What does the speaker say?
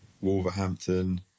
Wolverhampton